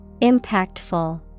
Impactful